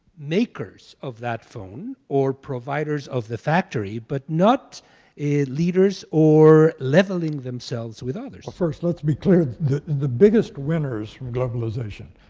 makers of that phone or providers of the factory, but not leaders or leveling themselves with others. well, first, let's be clear. the the biggest winners from globalization,